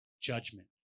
judgment